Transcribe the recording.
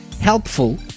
helpful